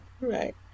right